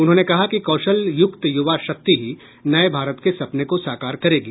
उन्होंने कहा कि कौशल युक्त युवा शक्ति ही नये भारत के सपने को साकार करेगी